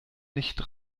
nicht